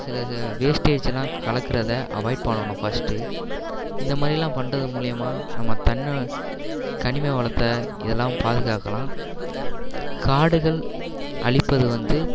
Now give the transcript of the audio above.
சில வேஸ்ட்டேஜுலாம் கலக்கிறத அவாய்ட் பண்ணணும் ஃபர்ஸ்ட்டு இந்த மாதிரிலாம் பண்ணுறது மூலிமா நம்ம தண்ணி கனிம வளத்தை இதலாம் பாதுகாக்கலாம் காடுகள் அழிப்பது வந்து